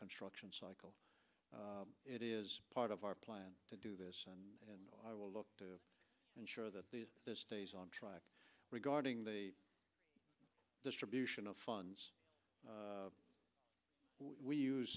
construction cycle it is part of our plan to do this and i will look to ensure that these stays on track regarding the distribution of funds we use